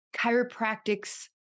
chiropractic's